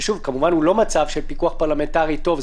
ושוב כמובן זה לא מצב של פיקוח פרלמנטרי טוב,